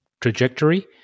trajectory